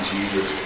Jesus